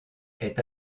est